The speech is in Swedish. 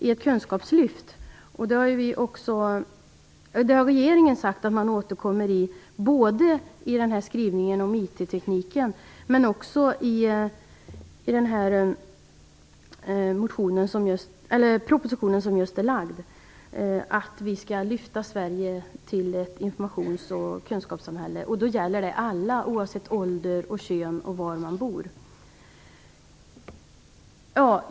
Regeringen har sagt att den skall återkomma både i skrivningen om IT-tekniken och i den nu framlagda propositionen för att lyfta Sverige till ett informationsoch kunskapssamhälle. Då gäller det alla, oavsett ålder, kön och var man bor.